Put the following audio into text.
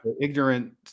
ignorant